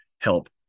help